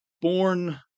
born